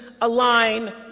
align